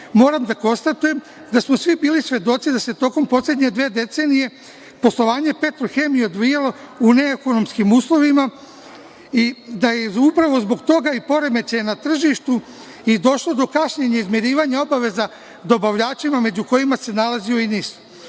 moram da konstatujem da smo svi bili svedoci da se tokom poslednje dve decenije poslovanje „Petrohemije“ odvijalo u neekonomskim uslovima, i da je upravo zbog toga, i poremećaja na tržištu i došlo do kašnjenja u izmirivanju obaveza dobavljačima, među kojima se nalazio i